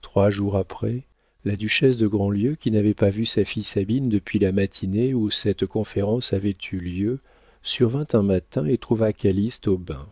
trois jours après la duchesse de grandlieu qui n'avait pas vu sa fille sabine depuis la matinée où cette conférence avait eu lieu survint un matin et trouva calyste au bain